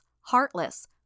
Heartless